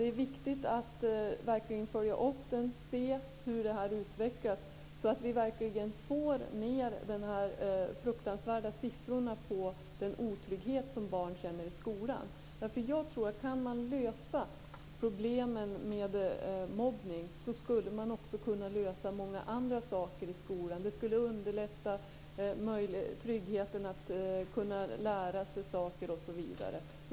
Det är viktigt att verkligen följa upp den och se hur det här utvecklas, så att vi verkligen får ned de fruktansvärda siffror som gäller den otrygghet som barn känner i skolan. Jag tror att kan man lösa problemen med mobbning skulle man också kunna lösa många andra saker i skolan. Tryggheten skulle underlätta att lära sig saker, osv.